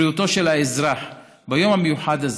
בריאותו של האזרח ביום המיוחד הזה.